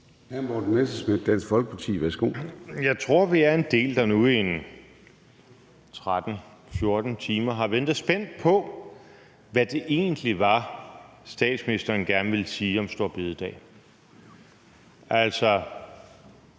Jeg tror, vi er en del, der nu i en 13-14 timer har ventet spændt på, hvad det egentlig var, statsministeren gerne ville sige om store bededag.